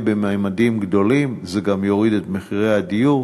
בממדים גדולים זה גם יוריד את מחירי הדיור,